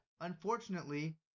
unfortunately